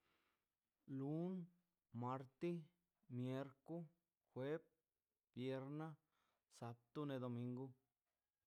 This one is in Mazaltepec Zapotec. Lun marte miercu juev bviernə sabto domingu